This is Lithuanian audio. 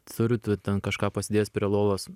turiu tu ten kažką pasidėjęs prie lovos